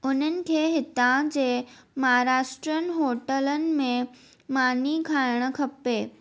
उन्हनि खे हितां जे महाराष्ट्रनि होटलनि में मानी खाइणु खपे